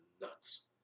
nuts